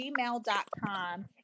gmail.com